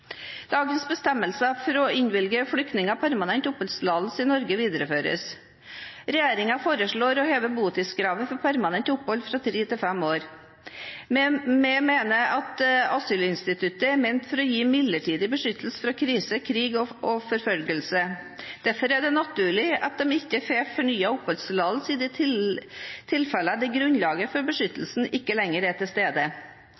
Dagens bestemmelser for å innvilge flyktninger permanent oppholdstillatelse i Norge videreføres. Regjeringen foreslår å heve botidskravet for permanent opphold fra tre til fem år. Vi mener at asylinstituttet er ment for å gi midlertidig beskyttelse mot krise, krig og forfølgelse. Derfor er det naturlig at man ikke får fornyet oppholdstillatelse i de tilfellene der grunnlaget for